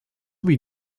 wie